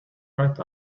right